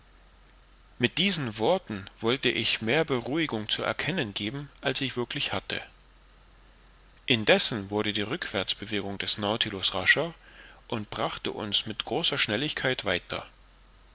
mit diesen worten wollte ich mehr beruhigung zu erkennen geben als ich wirklich hatte indessen wurde die rückwärtsbewegung des nautilus rascher und brachte uns mit großer schnelligkeit weiter